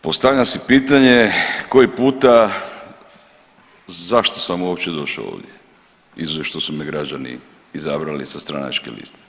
Postavljam si pitanje koji puta zašto sam uopće došao ovdje izuzev što su me građani izabrali sa stranačke liste.